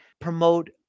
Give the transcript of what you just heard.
promote